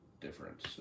difference